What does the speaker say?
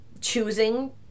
choosing